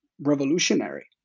revolutionary